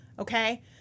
Okay